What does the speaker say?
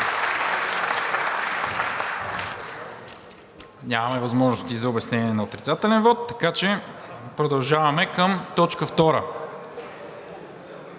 Нямаме възможности за обяснение на отрицателен вот. Продължаваме с точка втора: